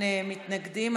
בעד, 12, אין מתנגדים.